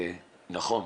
נכון,